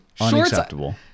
Unacceptable